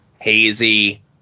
hazy